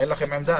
אין לכם עמדה?